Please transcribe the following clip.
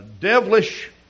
devilish